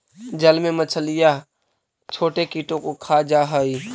जल में मछलियां छोटे कीटों को खा जा हई